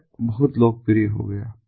web बहुत लोकप्रिय हो गया